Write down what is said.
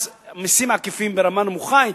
מסים עקיפים ברמה נמוכה,